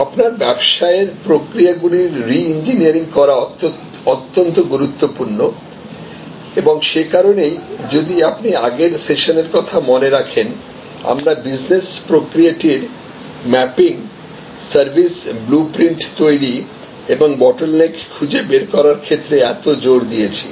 আপনার ব্যবসায়ের প্রক্রিয়াগুলির রি ইঞ্জিনিয়ারিং করা অত্যন্ত গুরুত্বপূর্ণ এবং সে কারণেই যদি আপনি আগের সেশনের কথা মনে রাখেন আমরা বিজনেস প্রক্রিয়াটির ম্যাপিং সার্ভিস ব্লু প্রিন্ট তৈরি এবং বটলনেক খুঁজে বের করার ক্ষেত্রে এত জোর দিয়েছি